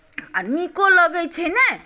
आ नीको लगैत छै ने